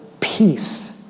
peace